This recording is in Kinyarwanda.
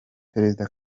perezida